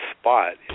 spot